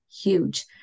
huge